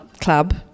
Club